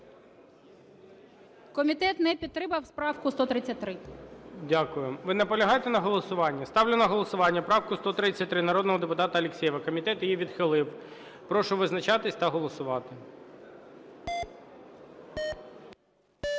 Комітет не підтримав правку 133. ГОЛОВУЮЧИЙ. Дякую. Ви наполягаєте на голосуванні? Ставлю на голосування правку 133 народного депутата Алєксєєва. Комітет її відхилив. Прошу визначатись та голосувати.